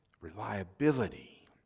reliability